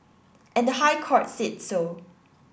and the High Court said so